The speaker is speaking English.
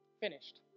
Finished